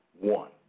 one